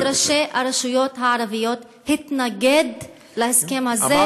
ועד ראשי הרשויות הערביות התנגד להסכם הזה,